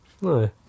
No